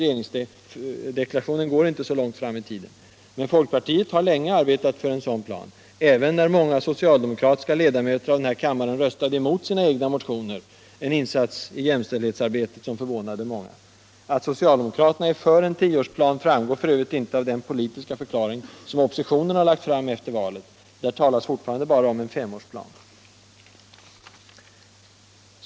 Regeringsförklaringen går inte så långt fram i tiden. Men folkpartiet har länge arbetat för en sådan plan, även när många socialdemokratiska ledamöter av denna kammare röstade emot sina egna motioner — en insals i jämställdhetsarbetet som förvånade många. Att socialdemokraterna är för en sådan tioårsplan framgår f. ö. inte av den politiska förklaring som oppositionen har avgivit efter valet. Där talas fortfarande bara om en femårsplan.